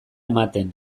ematen